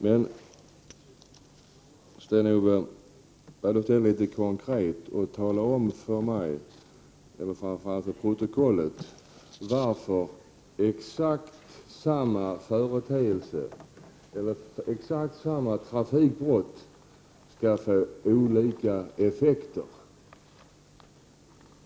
Var litet konkret, Sten-Ove Sundström, och tala om för mig varför exakt samma trafikbrott skall få olika påföljder.